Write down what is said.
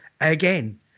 again